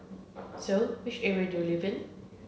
so which area do you live in